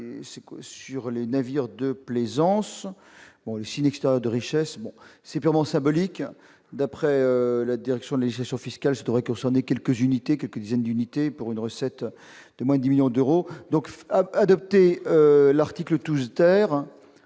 sur les navires de plaisance, signe extérieur de richesse. Or c'est purement symbolique. D'après la Direction de la législation fiscale, cela ne devrait concerner que quelques unités ou quelques dizaines d'unités, pour une recette de moins de 10 millions d'euros. Il n'y a déjà pas beaucoup de grands